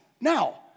Now